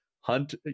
hunt